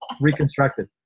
reconstructed